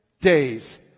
days